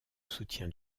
soutien